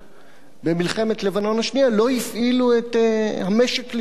במלחמת לבנון השנייה לא הפעילו את המשק לשעת-חירום,